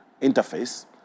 interface